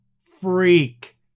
freak